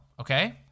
okay